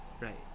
right